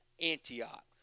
Antioch